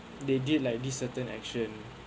they did like this certain action